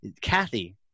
Kathy